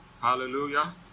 Hallelujah